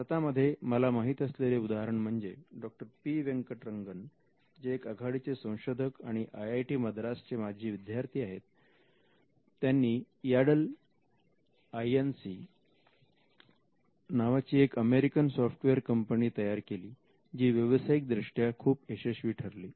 Iभारतामध्ये मला माहित असलेले उदाहरण म्हणजे डॉक्टर पी व्यंकट रंगन जे एक आघाडीचे संशोधक आणि आयआयटी मद्रास चे माजी विद्यार्थी आहेत त्यांनी याडल आयएनसी N C American software company तयार केली जी व्यवसायिक दृष्ट्या खूप यशस्वी ठरली